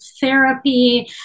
therapy